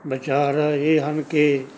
ਵਿਚਾਰ ਇਹ ਹਨ ਕਿ